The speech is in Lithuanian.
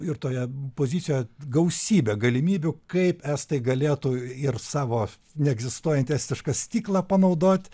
ir toje pozicijoje gausybę galimybių kaip estai galėtų ir savo neegzistuojantį estišką stiklą panaudot